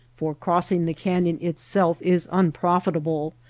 for crossing the canyon itself is unprofitable,